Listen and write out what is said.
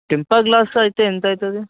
temper glass అయితే ఎంత అవుతుంది